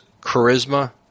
charisma